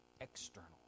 external